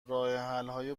راهحلهای